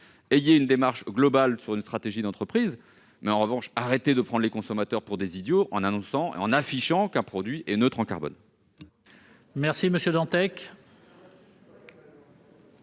ayez une démarche globale sur une stratégie d'entreprise, mais, en revanche, arrêtez de prendre les consommateurs pour des idiots en affichant qu'un produit est neutre en carbone.